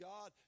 God